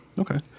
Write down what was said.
Okay